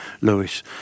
Lewis